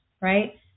right